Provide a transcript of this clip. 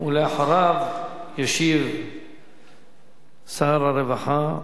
אחריו ישיב שר הרווחה,